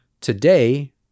Today